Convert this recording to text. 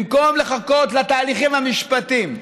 במקום לחכות לתהליכים המשפטיים,